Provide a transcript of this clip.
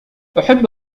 أحب